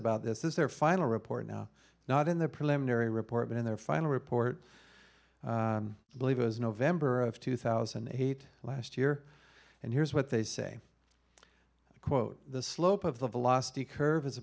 about this is their final report now not in the preliminary report but in their final report believe it was november of two thousand and eight last year and here's what they say quote the slope of